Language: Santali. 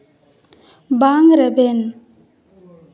ᱵᱟᱝ ᱨᱮᱵᱮᱱ